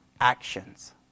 actions